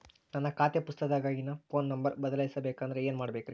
ನನ್ನ ಖಾತೆ ಪುಸ್ತಕದಾಗಿನ ಫೋನ್ ನಂಬರ್ ಬದಲಾಯಿಸ ಬೇಕಂದ್ರ ಏನ್ ಮಾಡ ಬೇಕ್ರಿ?